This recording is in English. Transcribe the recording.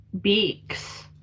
beaks